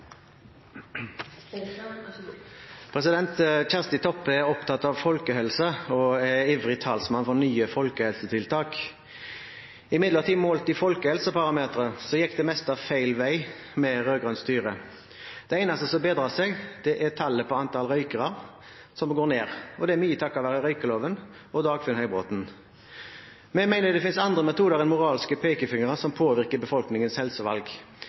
eneste som bedret seg, er tallet på antall røykere, som går ned, og det er mye takket være røykeloven og Dagfinn Høybråten. Vi mener at det finnes andre metoder enn moralske pekefingre som påvirker befolkningens helsevalg.